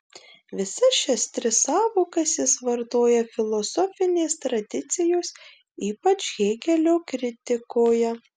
visas šias tris sąvokas jis vartoja filosofinės tradicijos ypač hėgelio kritikoje